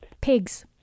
Pigs